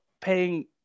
paying